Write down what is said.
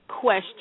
Question